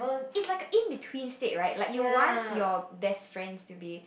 is like a in between stage right like you want your best friend to be